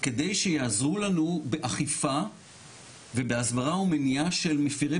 כדי שיעזרו לנו באכיפה ובהסברה ומניעה של מפירי